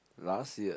last year